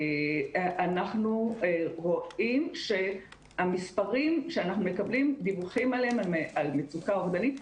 אנחנו רואים שהמספרים שאנחנו מקבלים דיווחים עליהם על מצוקה אובדנית,